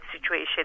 situation